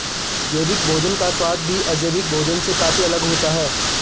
जैविक भोजन का स्वाद भी अजैविक भोजन से काफी अलग होता है